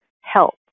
help